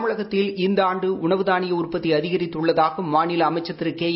தமிழகத்தில் இந்த ஆண்டு உணவு தாளிய உற்பத்தி அதிகரித்துள்ளதாக மாநில அமைச்சர் திருகேஏ